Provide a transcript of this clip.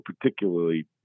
particularly